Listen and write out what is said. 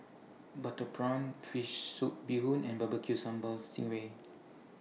Butter Prawn Fish Soup Bee Hoon and B B Q Sambal Sing Ray